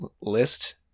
list